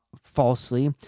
falsely